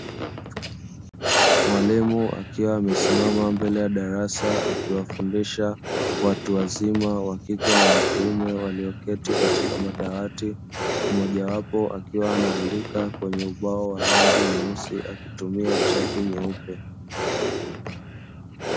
Mwalimu akiwa amesimama mbele ya darasa, akiwafundisha watu wazima wa kike na wa kiume walioketi katika madawati, mmojawapo akiwa anaandika kwenye ubao wa rangi nyeusi akitumia chaki nyeupe.